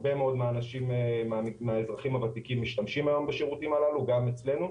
הרבה מאוד מהאזרחים הוותיקים משתמשים היום בשירותים הללו גם אצלנו,